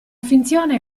finzione